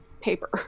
paper